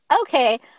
Okay